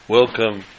Welcome